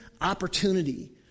opportunity